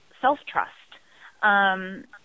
self-trust